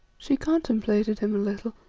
she contemplated him a little,